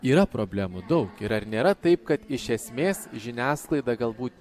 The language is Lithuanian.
yra problemų daug ir ar nėra taip kad iš esmės žiniasklaida galbūt